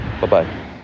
Bye-bye